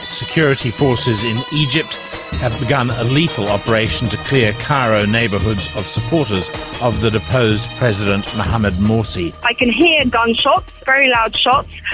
security forces in egypt have begun a lethal operation to clear cairo neighbourhoods of supporters of the deposed president mohammed morsi. i can hear gunshots, very loud shots,